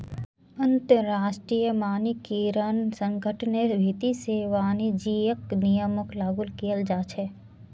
अंतरराष्ट्रीय मानकीकरण संगठनेर भीति से वाणिज्यिक नियमक लागू कियाल जा छे